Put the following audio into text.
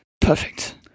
perfect